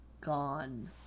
Gone